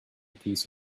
piece